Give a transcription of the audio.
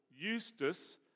Eustace